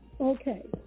Okay